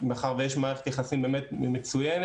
מאחר שיש מערכת יחסים באמת מצוינת,